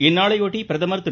இந்நாளையொட்டி பிரதமர் திரு